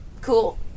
Cool